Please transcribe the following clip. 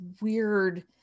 weird